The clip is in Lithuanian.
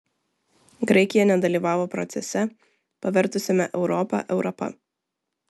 graikija nedalyvavo procese pavertusiame europą europa